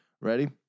Ready